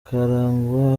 karangwa